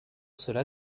cela